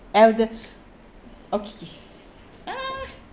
elder okay !huh!